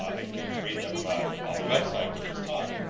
ah you can read them on the website with this talk.